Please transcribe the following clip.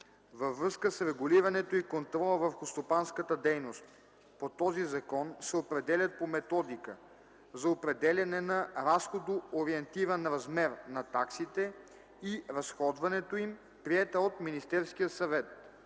във връзка с регулирането и контрола върху стопанската дейност по този закон, се определят по Методика за определяне на разходоориентиран размер на таксите и разходването им, приета от Министерския съвет.